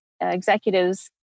executives